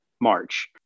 March